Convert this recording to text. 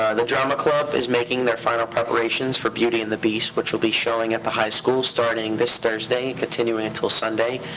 ah the drama club is making their final preparations for beauty and the beast, which'll be showing at the high school starting this thursday, continuing until sunday,